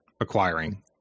acquiring